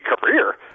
career